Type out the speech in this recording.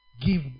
give